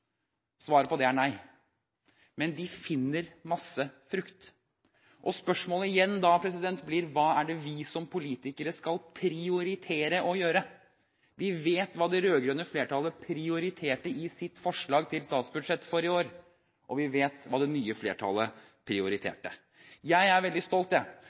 Svaret på det er nei. Men de finner masse frukt. Spørsmålet blir da igjen: Hva er det vi som politikere skal prioritere å gjøre? Vi vet hva det rød-grønne flertallet prioriterte i sitt forslag til statsbudsjett for i år, og vi vet hva det nye flertallet prioriterte. Jeg er veldig stolt, jeg,